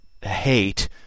hate